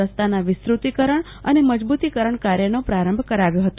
રસ્તાના વિસ્તૃતીકરણ અને મજબૂતીકરણ કાર્યનો પ્રારંભ કરાવ્યો હતો